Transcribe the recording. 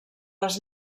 les